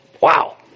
Wow